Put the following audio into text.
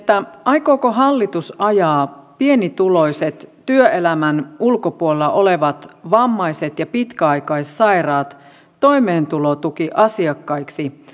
aikooko hallitus ajaa pienituloiset työelämän ulkopuolella olevat vammaiset ja pitkäaikaissairaat toimeentulotukiasiakkaiksi